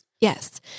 Yes